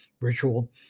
ritual